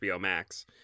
max